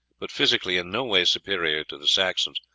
but physically in no way superior to the saxons,